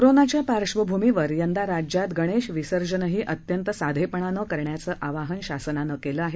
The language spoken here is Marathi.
कोरोनाच्या पार्श्वभूमीवर यंदा राज्यात गणेश विसर्जनही अत्यंत साधेपणाने करण्याचं आवाहन शासनानं केलं आहे